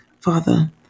Father